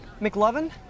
McLovin